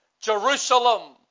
Jerusalem